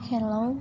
Hello